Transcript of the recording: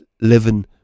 living